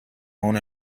own